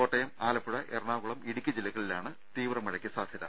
കോട്ടയം ആലപ്പുഴ എറണാകുളം ഇടുക്കി ജില്ലകളിലാണ് തീവ്രമഴക്ക് സാധ്യത